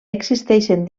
existeixen